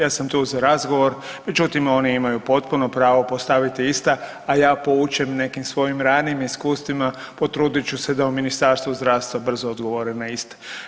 Ja sam tu za razgovor, međutim oni imaju potpuno pravo postaviti ista, a ja poučen nekim svojim ranijim iskustvima potrudit ću se da u Ministarstvu zdravstva brzo odgovore na iste.